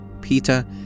Peter